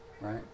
Right